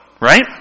right